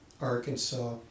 Arkansas